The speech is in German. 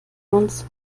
uns